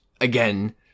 again